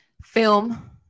film